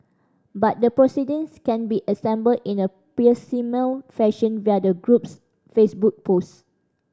but the proceedings can be assembled in a piecemeal fashion via the group's Facebook post